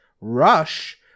rush